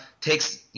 takes